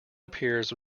appears